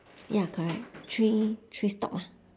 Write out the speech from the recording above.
ya correct three three stalk lah